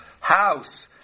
house